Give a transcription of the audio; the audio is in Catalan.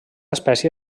espècie